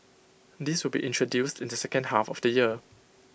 this will be introduced in the second half of the year